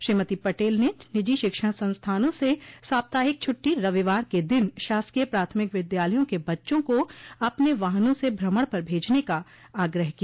श्रीमती पटेल ने निजी शिक्षण संस्थानों से साप्ताहिक छूट़टी रविवार के दिन शासकीय प्राथमिक विद्यालयों के बच्चों को अपने वाहनों से भ्रमण पर भेजने का आग्रह किया